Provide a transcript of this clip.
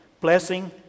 Blessing